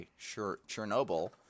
Chernobyl